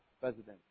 president